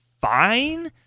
fine